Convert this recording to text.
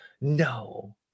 No